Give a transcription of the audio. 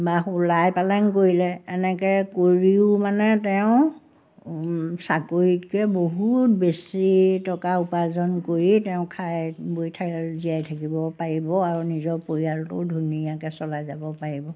বা লাই পালেং কৰিলে এনেকৈ কৰিও মানে তেওঁ চাকৰিতকৈ বহুত বেছি টকা উপাৰ্জন কৰি তেওঁ খাই বৈ থাক জীয়াই থাকিব পাৰিব আৰু নিজৰ পৰিয়ালটোও ধুনীয়াকৈ চলাই যাব পাৰিব